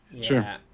Sure